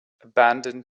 abandoned